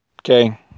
Okay